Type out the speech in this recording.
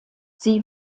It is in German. sie